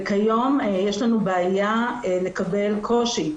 וכיום יש לנו בעיה לקבל קושי,